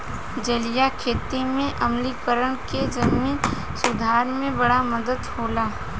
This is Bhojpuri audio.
जलीय खेती में आम्लीकरण के जमीन सुधार में बड़ा मदद होला